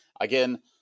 Again